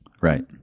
Right